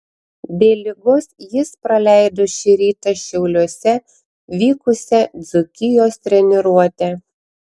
dėl ligos jis praleido šį rytą šiauliuose vykusią dzūkijos treniruotę